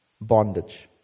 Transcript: bondage